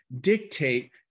dictate